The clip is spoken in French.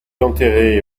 enterré